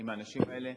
עם האנשים האלה.